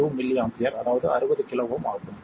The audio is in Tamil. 2mA அதாவது 60 kΩ ஆகும்